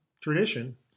tradition